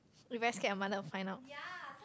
very scared my mother will find out